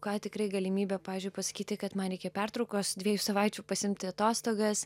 ką tikrai galimybė pavyzdžiui pasakyti kad man reikia pertraukos dviejų savaičių pasiimti atostogas